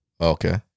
Okay